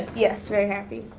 yes, very happy.